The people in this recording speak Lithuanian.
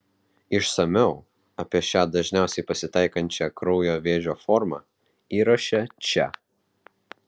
išsamiau apie šią dažniausiai pasitaikančią kraujo vėžio formą įraše čia